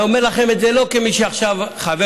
אני אומר לכם את זה לא כמי שעכשיו חבר